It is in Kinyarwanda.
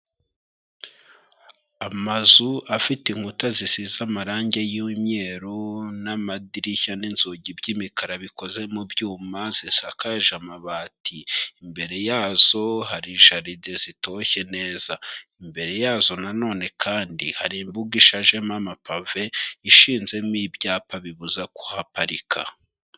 Amazu afite inkuta zisize amarangi y'imyeru n'amadirishya n'inzugi by'imikara bikoze mu byuma, zisakaje amabati, imbere yazo hari jaride zitoshye neza. Imbere yazo na none kandi hari imbuga ishashemo amapave, ishinzemo ibyapa bibuza kuhaparika.